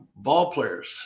ballplayers